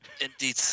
Indeed